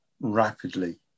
rapidly